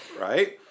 right